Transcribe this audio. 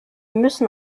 müssen